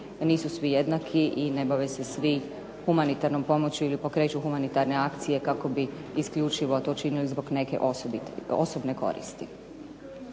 nisu svi jednaki i ne bave se svi humanitarnom pomoći ili pokreću humanitarne akcije kako bi isključivo to činili zbog neke osobne koristi.